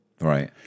Right